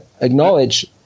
acknowledge